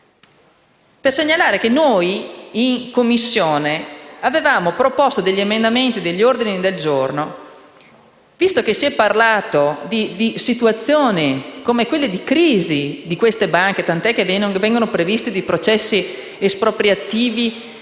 per segnalare che noi in Commissione avevamo proposto degli emendamenti e degli ordini del giorno. Visto che si è parlato di situazioni di crisi di queste banche, tant'è che vengono previsti dei processi espropriativi